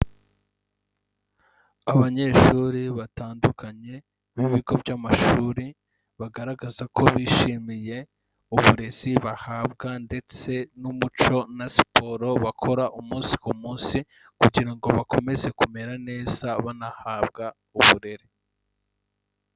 Abanyeshuri batandukanye, b'ibigo by'amashuri, bagaragaza ko bishimiye, uburezi bahabwa, ndetse n'umuco na siporo bakora umunsi ku munsi, kugira ngo bakomeze kumera neza, banahabwa uburere.